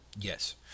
Yes